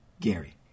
Gary